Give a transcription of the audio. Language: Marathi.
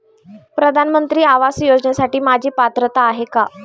प्रधानमंत्री आवास योजनेसाठी माझी पात्रता आहे का?